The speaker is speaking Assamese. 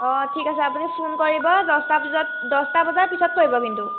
অঁ ঠিক আছে আপুনি ফোন কৰিব দহটা পিছত দহটা বজাৰ পিছত কৰিব কিন্তু